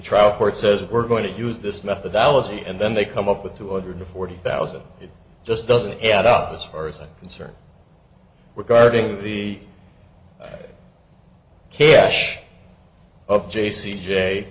trial court says we're going to use this methodology and then they come up with two hundred forty thousand it just doesn't add up as far as i'm concerned were guarding the cache of j c j